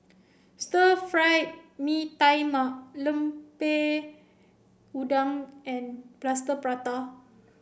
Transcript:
Stir Fried Mee Tai Mak Lemper Udang and Plaster Prata